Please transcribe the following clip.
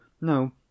No